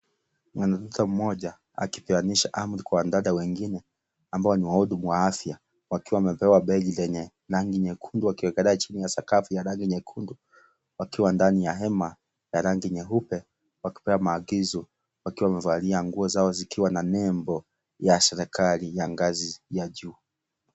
Mwanamke mmoja akipeanisha amri kwa wanadada wengine ambao ni wahudumu wa afya wakiwa wamebeba begi lenye rangi nyekundu wakiekelea chini ya sakafu ya rangi nyekundu wakiwa ndani ya hema ya rangi nyeupe wakipewa maagizo wakiwa wamevalia nguo zao zikiwa na nembo ya serikali ya ngazi ya juu.